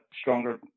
stronger